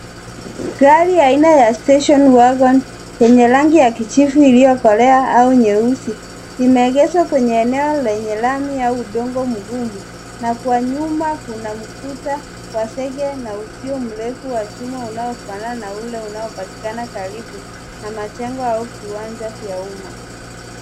Gari aina ya Station Wagon yenye rangi ya kijivu iliyokolea au nyeusi imeegeshwa kwenye eneo lenye lami au udongo mgumu na kwa nyuma kuna ukuta wa zege na uzio mrefu wa chuma unaofanana na ule unaopatikana karibu na majengo au viwanja vya umma.